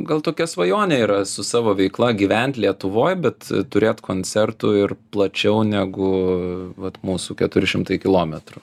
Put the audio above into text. gal tokia svajonė yra su savo veikla gyvent lietuvoj bet turėt koncertų ir plačiau negu vat mūsų keturi šimtai kilometrų